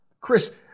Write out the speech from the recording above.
Chris